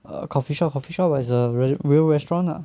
err coffee shop coffee shop it's a rea~ real restaurant ah